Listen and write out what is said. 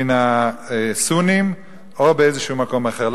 מן הסונים, או באיזשהו מקום אחר.